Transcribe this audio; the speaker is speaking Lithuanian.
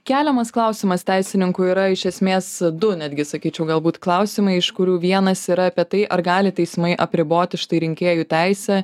keliamas klausimas teisininkų yra iš esmės du netgi sakyčiau galbūt klausimai iš kurių vienas yra apie tai ar gali teismai apriboti štai rinkėjų teisę